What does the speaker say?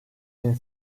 bin